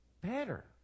better